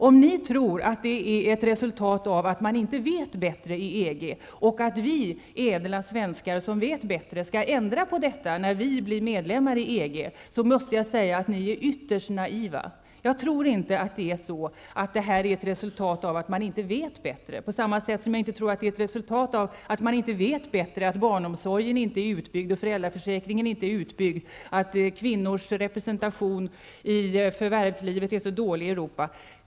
Om ni tror att det är ett resultat av att man inte vet bättre i EG och att vi, ädla svenskar, som vet bättre, skall ändra på detta när vi blir medlemmar i EG, måste jag säga att ni är ytterst naiva. Jag tror inte att det är så att detta är ett resultat av att man inte vet bättre, på samma sätt som det inte är ett resultat av att man inte vet bättre att barnomsorg och föräldraförsäkring inte är utbyggda och att kvinnors representation i förvärvslivet är så dålig i Europa.